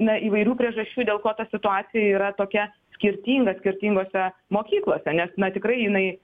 na įvairių priežasčių dėl ko ta situacija yra tokia skirtinga skirtingose mokyklose nes na tikrai jinai